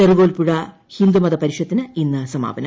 ചെറുകോൽപ്പുഴ ഹിന്ദുമത പരിഷത്തിന് ഇന്ന് സമാപനം